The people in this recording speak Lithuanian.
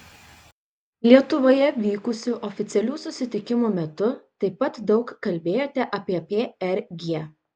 lietuvoje vykusių oficialių susitikimų metu taip pat daug kalbėjote apie prg